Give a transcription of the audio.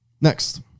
Next